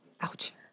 Ouch